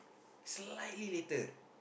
slightly later